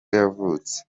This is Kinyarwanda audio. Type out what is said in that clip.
yavutse